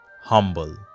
Humble